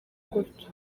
gutyo